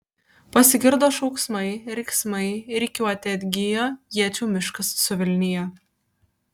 pasigirdo šauksmai riksmai rikiuotė atgijo iečių miškas suvilnijo